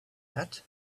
and